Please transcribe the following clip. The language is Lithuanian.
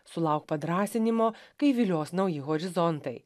sulauk padrąsinimo kai vilios nauji horizontai